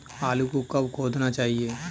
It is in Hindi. आलू को कब खोदना चाहिए?